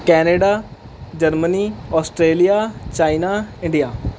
Canada Germany Australia China India